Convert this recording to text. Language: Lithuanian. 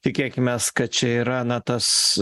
tikėkimės kad čia yra na tas